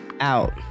out